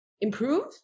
improve